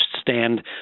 stand